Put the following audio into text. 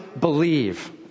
believe